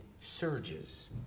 surges